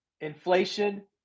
Inflation